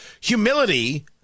humility